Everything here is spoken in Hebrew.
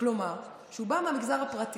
כלומר הוא בא מהמגזר הפרטי.